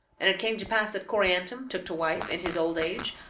and it came to pass that coriantum took to wife, in his old age,